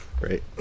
Right